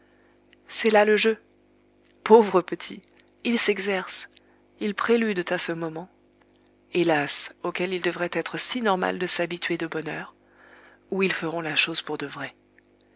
c'est là le jeu pauvres petits ils s'exercent ils préludent à ce moment hélas auquel il devrait être si normal de s'habituer de bonne heure où ils feront la chose pour de vrai